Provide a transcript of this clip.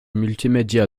multimédia